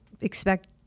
expect